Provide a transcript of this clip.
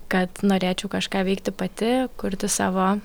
kad norėčiau kažką veikti pati kurti savo